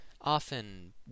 Often